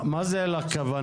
מה זה אין לכם כוונה?